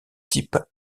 type